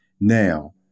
Now